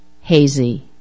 hazy